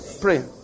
pray